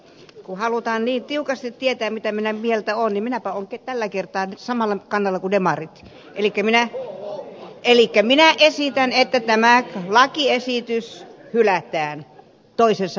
kun halutaan niin tiukasti tietää mitä mieltä minä olen niin minäpä olenkin tällä kertaa nyt samalla kannalla kuin demarit elikkä minä esitän että tämä lakiesitys hylätään toisessa käsittelyssä